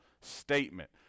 statement